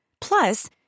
Plus